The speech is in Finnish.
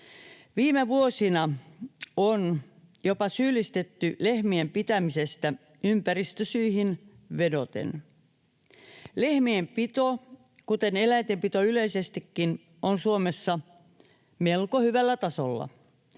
Viime vuosina on jopa syyllistetty lehmien pitämisestä ympäristösyihin vedoten. Lehmien pito, kuten eläinten pito yleisestikin, on Suomessa melko hyvällä tasolla.